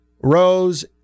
Rose